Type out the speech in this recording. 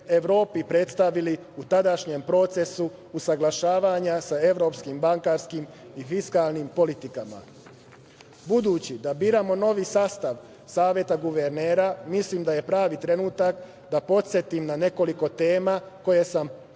Evropi predstavili u tadašnjem procesu usaglašavanja sa evropskim bankarskim i fiskalnim politikama. Budući da biramo novi sastav Saveta guvernera, mislim da je pravi trenutak da podsetim na nekoliko tema koje sam pominjao